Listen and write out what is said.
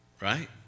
Right